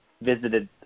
visited